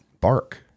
bark